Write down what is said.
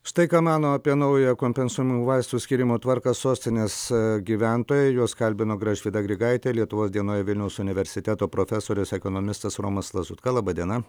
štai ką mano apie naują kompensuojamų vaistų skyrimo tvarką sostinės gyventojai juos kalbino gražvida grigaitė lietuvos dienoj vilniaus universiteto profesorius ekonomistas romas lazutka laba diena